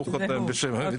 הוא חותם בשם המדינה.